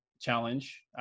challenge